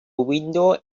window